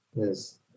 Yes